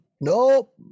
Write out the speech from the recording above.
Nope